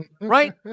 Right